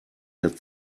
der